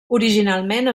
originalment